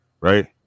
right